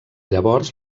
llavors